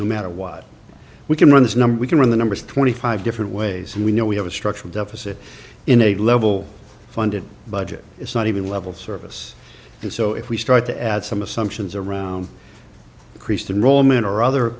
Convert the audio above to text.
no matter what we can run this number we can run the numbers twenty five different ways and we know we have a structural deficit in a level funded budget it's not even level service and so if we start to add some assumptions around christine roman or other